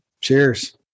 Cheers